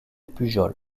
pujol